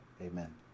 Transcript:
Amen